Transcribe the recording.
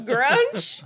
Grunch